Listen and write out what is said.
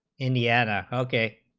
indiana ok